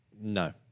No